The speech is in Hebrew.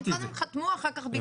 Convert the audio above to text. הם קודם חתמו, אחרי ביקשו.